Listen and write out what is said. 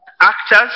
actors